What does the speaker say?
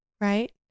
right